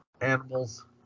animals